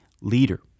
leader